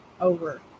over